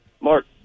Mark